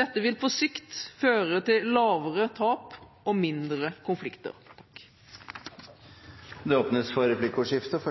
Dette vil på sikt føre til lavere tap og mindre konflikter. Det blir replikkordskifte.